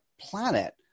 planet